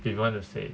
if you want to say